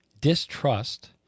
distrust